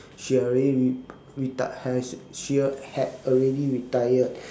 she already re~ reti~ has she had already retired